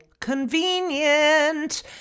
convenient